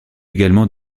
également